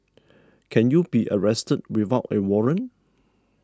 can you be arrested without a warrant